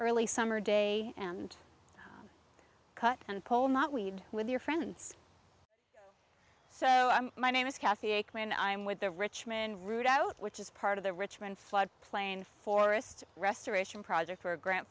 early summer day and cut and pole not weed with your friends so my name is kathy and i'm with the richmond route out which is part of the richmond floodplain forest restoration project for a grant